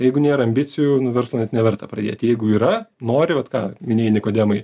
jeigu nėr ambicijų verslo net neverta pradėti jeigu yra nori vat ką minėjai nikodemai